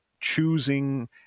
choosing